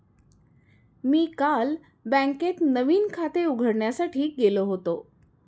मी काल बँकेत नवीन खाते उघडण्यासाठी गेलो होतो